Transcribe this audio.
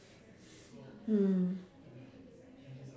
mm